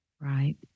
right